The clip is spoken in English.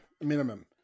minimum